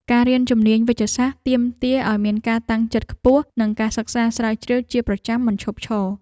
ការរៀនជំនាញវេជ្ជសាស្ត្រទាមទារឱ្យមានការតាំងចិត្តខ្ពស់ និងការសិក្សាស្រាវជ្រាវជាប្រចាំមិនឈប់ឈរ។